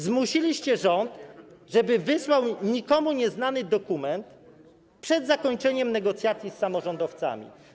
Zmusiliście rząd, żeby wysłał nikomu nieznany dokument przed zakończeniem negocjacji z samorządowcami.